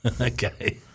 Okay